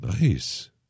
Nice